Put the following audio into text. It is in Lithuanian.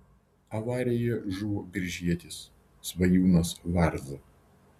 avarijoje žuvo biržietis svajūnas varza